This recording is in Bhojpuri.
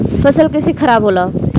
फसल कैसे खाराब होला?